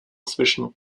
zwischen